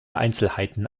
einzelheiten